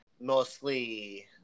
Mostly